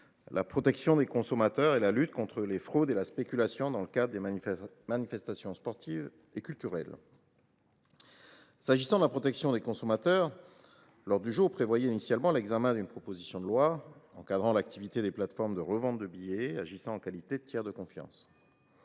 la protection des consommateurs et la lutte contre les fraudes et la spéculation dans le cadre des manifestations sportives et culturelles. Initialement, l’ordre du jour prévoyait l’examen d’une proposition de loi encadrant l’activité des plateformes de revente de billets agissant en qualité de tiers de confiance